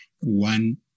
one